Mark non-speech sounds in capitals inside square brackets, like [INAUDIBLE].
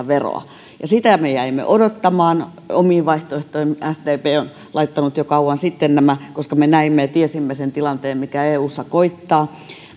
[UNINTELLIGIBLE] veroa ja sitä me jäimme odottamaan omiin vaihtoehtoihinsa sdp on laittanut jo kauan sitten nämä koska me näimme ja tiesimme sen tilanteen mikä eussa koittaa